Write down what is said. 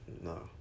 no